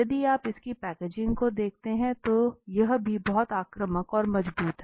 यदि आप इसकी पैकेजिंग को देखते हैं तो तो यह भी बहुत आक्रामक और मजबूत है